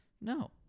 No